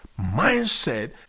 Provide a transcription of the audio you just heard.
mindset